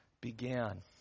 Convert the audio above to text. began